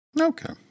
Okay